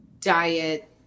diet